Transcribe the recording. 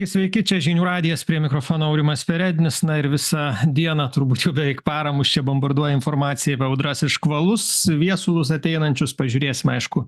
sveiki čia žinių radijas prie mikrofono aurimas perednis na ir visą dieną turbūt čia jau beveik parą mus čia bombarduoja informacija apie audras ir škvalus viesulus ateinančius pažiūrėsim aišku